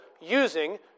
using